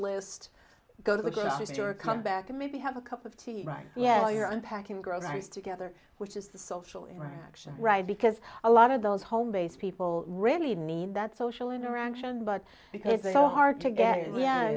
list go to the grocery store come back and maybe have a cup of tea right yeah you're unpacking groceries together which is the social interaction right because a lot of those home based people really need that social interaction but because it's all hard to get yeah